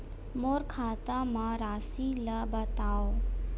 मोर खाता म राशि ल बताओ?